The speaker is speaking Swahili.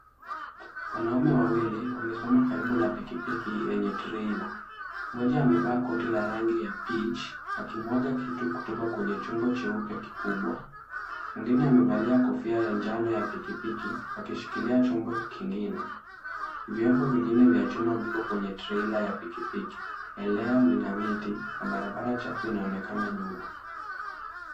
Wanaume wawili wamesimama karibu na pikipiki yenye trailer . Mmoja amevaa koti la rangi ya beige , akimwaga kitu kutoka kwenye chombo cheupe kikubwa. Mwingine amevalia kofia ya njano ya pikipiki, akishikilia chombo kingine. Vyombo vingine vya chuma viko kwenye trailer ya pikipiki. Eneo lina miti na barabara chafu inaonekana nyuma.